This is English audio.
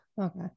okay